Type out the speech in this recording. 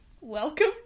Welcome